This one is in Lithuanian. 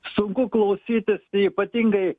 sunku klausytis tai ypatingai